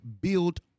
build